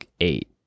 eight